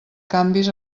canvis